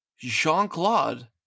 Jean-Claude